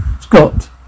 Scott